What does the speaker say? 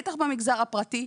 בטח במגזר הפרטי,